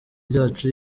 ryacu